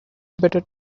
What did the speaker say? bitter